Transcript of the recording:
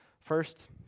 First